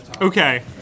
Okay